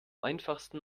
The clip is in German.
einfachsten